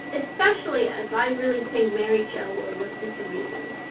especially as i really think mary joe will listen to reason.